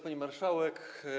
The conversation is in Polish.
Pani Marszałek!